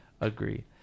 agree